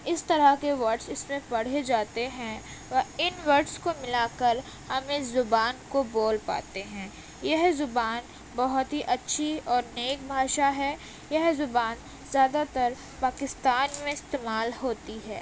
اس طرح کے ورڈس اس میں پڑھے جاتے ہیں و ان ورڈس کو ملا کر ہم اس زبان کو بول پاتے ہیں یہ زبان بہت ہی اچھی اور نیک بھاشا ہے یہ زبان زیادہ تر پاکستان میں استعمال ہوتی ہے